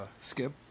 Skip